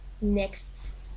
next